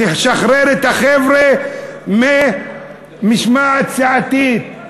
תשחרר את החבר'ה ממשמעת סיעתית.